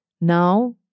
now